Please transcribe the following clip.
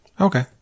Okay